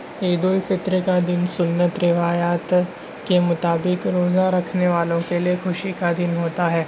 عید الفطر کا دن سنت روایات کے مطابق روزہ رکھنے والوں کے لیے خوشی کا دن ہوتا ہے